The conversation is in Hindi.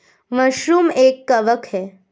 मशरूम एक कवक है